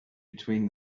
between